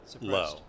low